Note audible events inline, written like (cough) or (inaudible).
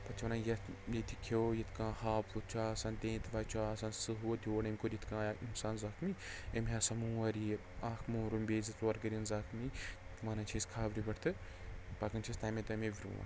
پَتہٕ چھِ وَنان یَتھ ییٚتہِ کھیوٚو یِتھ کَن ہاپُتھ چھُ آسان تینٛتوا چھُ آسان سٕہہ (unintelligible) اِنسان زخمی أمۍ ہسا مور یہِ اَکھ مورُن بیٚیہِ زٕ ژور کٔرِنۍ زخمی وَنان چھِ أسۍ خبرِ پٮ۪ٹھ تہٕ پَکان چھِ أسۍ تَمے تَمے برٛونٛٹھ